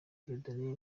dieudonne